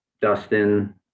Dustin